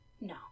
no